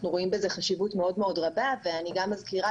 אנחנו יודעים